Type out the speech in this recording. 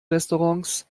restaurants